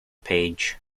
page